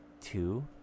two